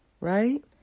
right